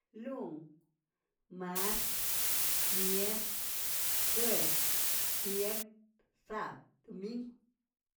Lun, mart, mierkw, juev, viern, sab, domingw.